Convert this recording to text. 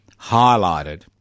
highlighted